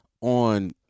on